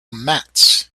mats